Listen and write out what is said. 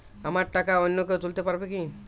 আমার টাকা অন্য কেউ তুলতে পারবে কি?